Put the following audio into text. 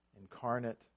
incarnate